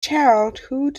childhood